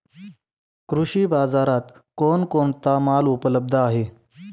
कृषी बाजारात कोण कोणता माल उपलब्ध आहे?